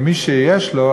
כי מי שיש לו,